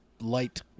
light